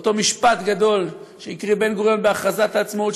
אותו משפט גדול שהקריא בן-גוריון בהכרזת העצמאות,